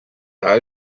all